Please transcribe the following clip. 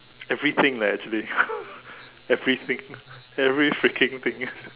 everything leh actually everything every freaking thing